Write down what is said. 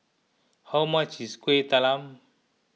how much is Kuih Talam